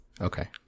Okay